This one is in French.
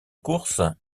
courses